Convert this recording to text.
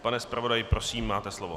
Pane zpravodaji, prosím, máte slovo.